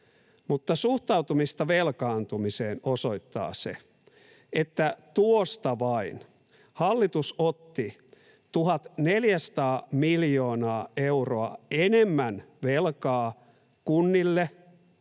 suhtautumista velkaantumiseen osoittaa se, että tuosta vain hallitus otti 1 400 miljoonaa euroa enemmän velkaa kunnille